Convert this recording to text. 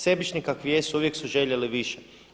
Sebični kakvi jesu uvijek su željeli više.